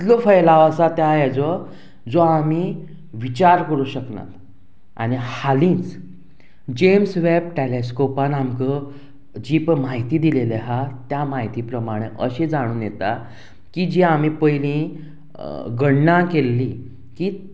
इतलो फैलाव आसा त्या हेजो जो आमी विचार करूं शकनात आनी हालींच जेम्स वॅब टॅलेस्कोपान आमकां जी पय म्हायती दिलेली आहा त्या म्हायती प्रमाणें अशें जाणून येता की जी आमी पयलीं घण्णां केल्ली की